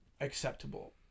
Acceptable